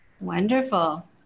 Wonderful